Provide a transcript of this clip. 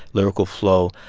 lyrical flow.